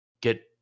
get